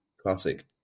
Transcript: classic